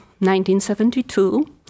1972